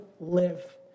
live